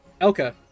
Elka